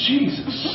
Jesus